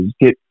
get